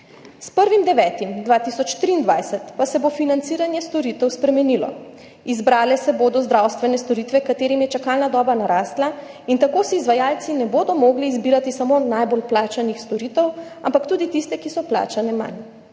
S 1. 9. 2023 pa se bo financiranje storitev spremenilo. Izbrale se bodo zdravstvene storitve, ki jim je čakalna doba narasla, in tako si izvajalci ne bodo mogli izbirati samo najbolj plačanih storitev, ampak tudi tiste, ki so plačane manj.